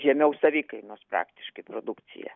žemiau savikainos praktiškai produkciją